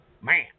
man